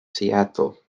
seattle